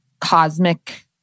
cosmic